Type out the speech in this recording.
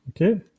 okay